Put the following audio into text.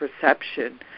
perception